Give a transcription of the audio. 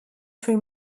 three